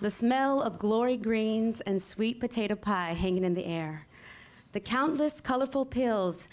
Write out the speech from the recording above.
the smell of glory grains and sweet potato pie hanging in the air the countless colorful pills